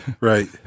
right